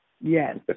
Yes